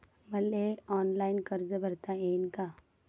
मले ऑनलाईन कर्ज भरता येईन का?